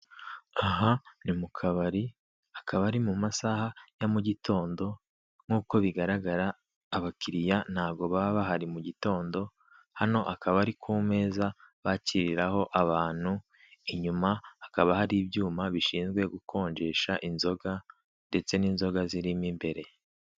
Aha ni mu kabari, akaba ari mu masaha ya mugitondo, nkuko bigaragara abakiriya ntago baba bahari mu gitondo , hano akaba ari ku meza bakiriraho abantu, inyuma hakaba hari ibyuma bishizwe gukonjesha inzoga, ndetse n'inzoga zirimo imbere.